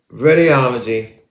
radiology